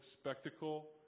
spectacle